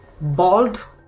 bald